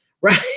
right